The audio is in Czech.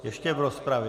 Ještě v rozpravě.